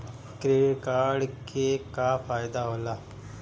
Credit card के का फायदा होला?